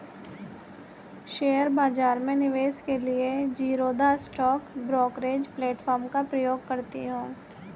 share बाजार में निवेश के लिए मैं ज़ीरोधा स्टॉक ब्रोकरेज प्लेटफार्म का प्रयोग करती हूँ